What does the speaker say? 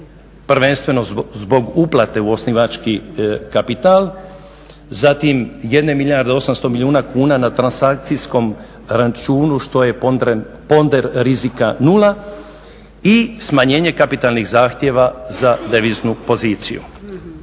prvenstveno zbog uplate u osnivački kapital, zatim 1 milijarde 800 milijuna kuna na transakcijskom računu što je ponder rizika 0 i smanjenje kapitalnih zahtjeva za deviznu poziciju.